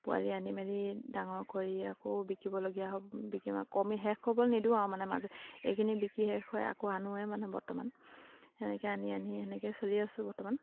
পোৱালি আনি মেলি ডাঙৰ কৰি আকৌ বিকিবলগীয়া হ'ব বিকিম মানে কমি শেষ হ'ব নিদিওঁ আৰু মানে মাজে এইখিনি বিকি শেষ হয় আকৌ আনোৱে মানে বৰ্তমান সেনেকৈ আনি আনি এনেকৈ চলি আছোঁ বৰ্তমান